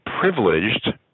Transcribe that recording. privileged